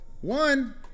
one